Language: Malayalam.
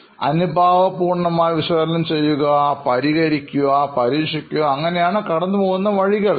അതിനാൽ അനുഭാവപൂർണമായ വിശകലനം ചെയ്യുക പരിഹരിക്കുക പരീക്ഷിക്കുക അങ്ങനെയാണ് കടന്നു പോകുന്ന വഴികൾ